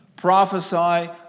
prophesy